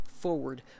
forward